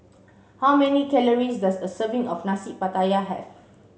how many calories does a serving of Nasi Pattaya have